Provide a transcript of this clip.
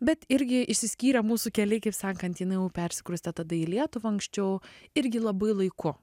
bet irgi išsiskyrė mūsų keliai kaip sakant jinai jau persikraustė tada į lietuvą anksčiau irgi labai laiku